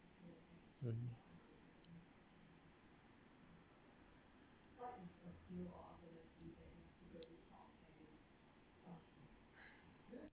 mm